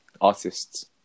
Artists